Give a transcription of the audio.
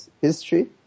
history